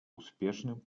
успешным